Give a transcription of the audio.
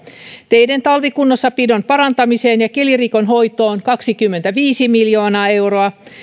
teiden talvikunnossapidon parantamiseen ja kelirikon hoitoon kaksikymmentäviisi miljoonaa euroa